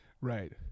Right